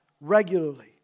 regularly